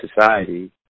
society